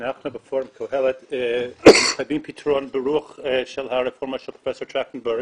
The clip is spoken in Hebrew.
אנחנו בפורום קהלת מקדמים פתרון ברוח הרפורמה של פרופ' טרכטנברג,